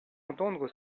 entendre